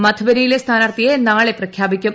മധുബനിയിലെ സ്ഥാനാർത്ഥിയെ നാളെ പ്രഖ്യാപിക്കും